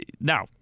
now –